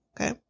Okay